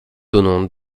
donnons